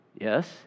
Yes